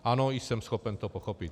Ano, jsem schopen to pochopit.